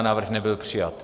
Návrh nebyl přijat.